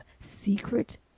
secret